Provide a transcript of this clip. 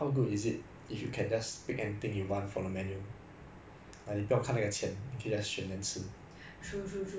true true true I tend to like consider prices a lot when I choosing food lah cause 如果你要算 err 省钱 ah then